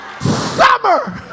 Summer